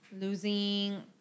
losing